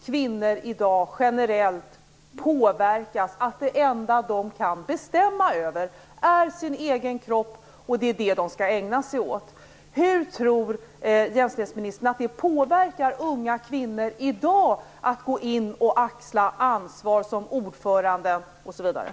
Kvinnor i dag påverkas till att tro att det enda som de kan bestämma över är sin egen kropp, och det är detta som de skall ägna sig åt. Hur tror jämställdhetsministern att det påverkar unga kvinnor när det gäller att axla ansvaret som t.ex. ordförande i olika sammanhang?